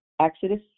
Exodus